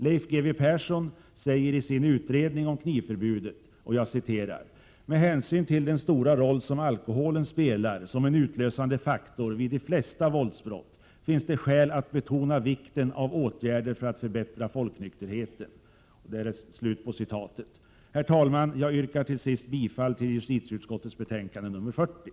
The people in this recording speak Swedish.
Leif G. W. Persson säger i sin utredning: ”Med hänsyn till den stora roll som alkoholen spelar som en utlösande faktor vid de flesta våldsbrott finns det skäl att betona vikten av åtgärder för att förbättra folknykterheten.” Herr talman! Jag yrkar till sist bifall till hemställan i justitieutskottets betänkande nr 40.